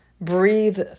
breathe